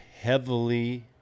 heavily